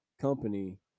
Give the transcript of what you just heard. company